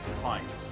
clients